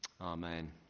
Amen